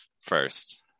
first